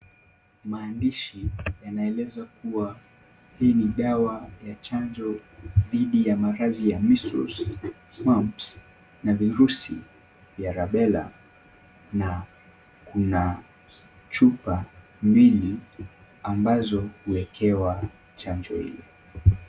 Maandishi yanaeleza kuwa hii ni dawa ya chanjo dhidi ya maradhi ya measles, mumps na virusi ya rubella na kuna chupa mbili ambazo imewekewa chanjo hili.